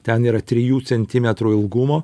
ten yra trijų centimetrų ilgumo